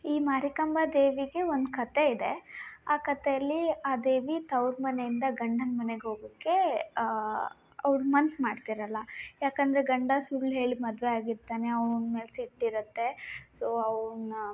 ಈ ಮಾರಿಕಾಂಬಾ ದೇವಿಗೆ ಒಂದು ಕತೆ ಇದೆ ಆ ಕತೆಯಲ್ಲಿ ಆ ದೇವಿ ತೌರು ಮನೆಯಿಂದ ಗಂಡನ ಮನೆಗೆ ಹೋಗೋಕೇ ಅವ್ಳು ಮನ್ಸು ಮಾಡ್ತಿರೋಲ್ಲ ಯಾಕಂದರೆ ಗಂಡ ಸುಳ್ಳು ಹೇಳಿ ಮದುವೆ ಆಗಿರ್ತಾನೆ ಅವ್ನ ಮೇಲೆ ಸಿಟ್ಟು ಇರುತ್ತೆ ಸೊ ಅವನ